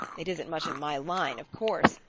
it isn't much in my line, of course.